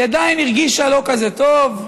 והיא עדיין הרגישה לא כזה טוב,